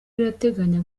irateganya